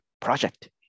project